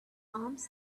arms